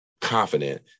confident